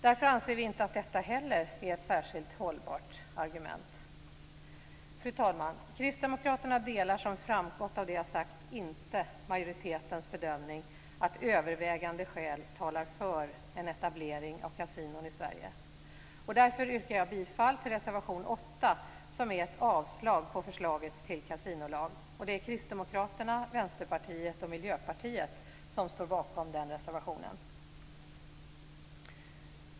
Därför anser vi att inte heller detta är ett särskilt hållbart argument. Fru talman! Kristdemokraterna delar, som framgått av det som jag har sagt, inte majoritetens bedömning att övervägande skäl talar för en etablering av kasinon i Sverige. Därför yrkar jag bifall till reservation 8 med avslag på förslaget till kasinolag. Det är Kristdemokraterna, Vänsterpartiet och Miljöpartiet som står bakom den reservationen.